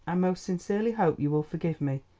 i most sincerely hope you will forgive me,